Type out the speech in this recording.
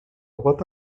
what